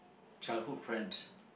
childhood friends